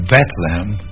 Bethlehem